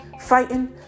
fighting